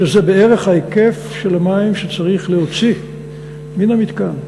שזה בערך ההיקף של המים שצריך להוציא מן המתקן,